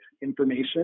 information